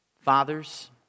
fathers